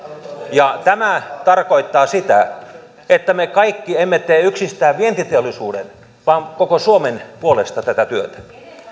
ja tämä tarkoittaa sitä että me kaikki emme tee yksistään vientiteollisuuden vaan koko suomen puolesta tätä työtä